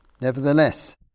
Nevertheless